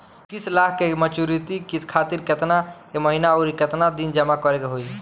इक्कीस लाख के मचुरिती खातिर केतना के महीना आउरकेतना दिन जमा करे के होई?